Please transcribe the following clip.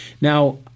Now